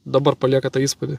dabar palieka tą įspūdį